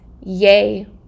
yay